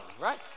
right